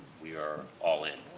we are all in,